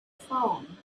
phone